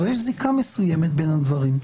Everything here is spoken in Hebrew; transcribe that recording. אבל יש זיקה מסוימת בין הדברים,